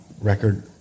record